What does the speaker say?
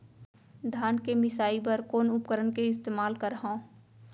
धान के मिसाई बर कोन उपकरण के इस्तेमाल करहव?